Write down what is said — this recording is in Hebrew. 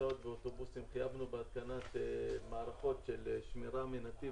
הסעות ואוטובוסים בהתקנת מערכות של שמירה ממרחק